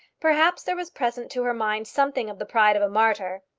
perhaps there was present to her mind something of the pride of a martyr.